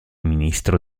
ministro